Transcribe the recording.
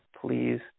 please